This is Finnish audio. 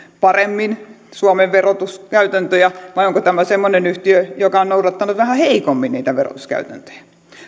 paremmin suomen verotuskäytäntöjä vai onko tämä semmoinen yhtiö joka on noudattanut vähän heikommin niitä verotuskäytäntöjä